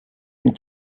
and